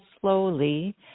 slowly